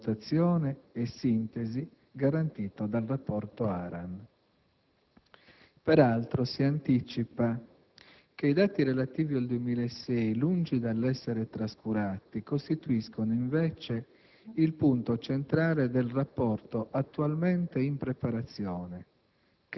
valutazione e sintesi garantito dal rapporto ARAN. Peraltro, si anticipa che gli atti relativi al 2006, lungi dall'essere trascurati, costituiscono invece il punto centrale del rapporto attualmente in preparazione,